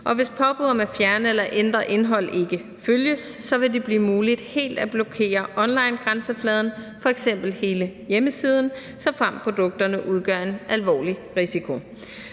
Og hvis et påbud om at fjerne eller ændre indhold ikke følges, vil det blive muligt helt at blokere onlinegrænsefladen, f.eks. hele hjemmesiden, såfremt produkterne udgør en alvorlig risiko.